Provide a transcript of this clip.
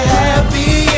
happy